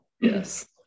Yes